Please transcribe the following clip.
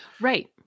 Right